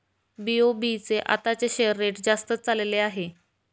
BOB चे आताचे share rate जास्तच चालले आहे